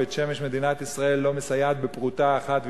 בבית-שמש מדינת ישראל לא מסייעת בפרוטה אחת,